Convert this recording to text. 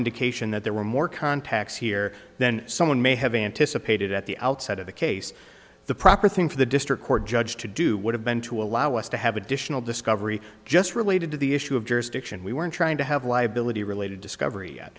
indication that there were more contacts here then someone may have anticipated at the outset of the case the proper thing for the district court judge to do would have been to allow us to have additional discovery just related to the issue of jurisdiction we were trying to have liability related discovery yet